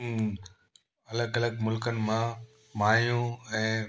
अलॻि अलॻि मुलकनि मां माइयूं ऐं